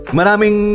maraming